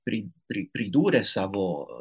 pri pri pridūrė savo